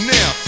Now